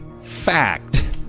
fact